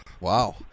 wow